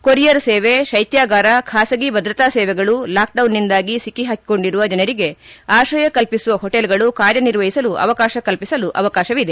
courier ಸೇವೆ ಕೈತ್ಯಾಗಾರ ಖಾಸಗಿ ಭದ್ರತಾ ಸೇವೆಗಳು ಲಾಕ್ಡೌನ್ನಿಂದಾಗಿ ಸಿಕ್ಕಿಪಾಕಿಕೊಂಡಿರುವ ಜನರಿಗೆ ಆಶ್ರಯ ಕಲ್ಪಿಸುವ ಹೋಟೆಲ್ಗಳು ಕಾರ್ಯ ನಿರ್ವಹಹಿಸಲು ಅವಕಾಶ ಕಲ್ಪಿಸಲು ಅವಕಾಶವಿದೆ